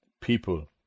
people